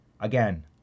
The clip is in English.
Again